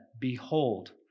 behold